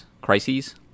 Crises